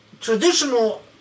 traditional